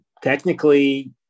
technically